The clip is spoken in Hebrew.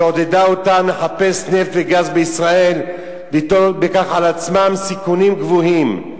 שעודדה אותם לחפש נפט וגז וליטול בכך על עצמם סיכונים גבוהים.